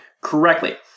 correctly